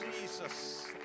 Jesus